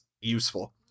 useful